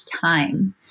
time